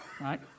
right